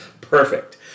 Perfect